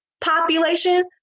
population